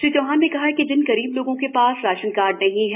श्री चौहान ने कहा कि जिन गरीब लोगों के पास राशन कार्ड नहीं है